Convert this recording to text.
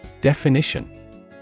Definition